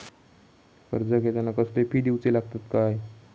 कर्ज घेताना कसले फी दिऊचे लागतत काय?